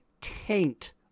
taint